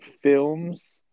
films